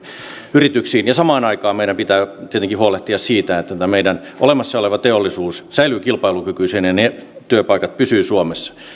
yrityksiin ja samaan aikaan meidän pitää tietenkin huolehtia siitä että meidän olemassa oleva teollisuus säilyy kilpailukykyisenä ja ne työpaikat pysyvät suomessa